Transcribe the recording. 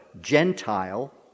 Gentile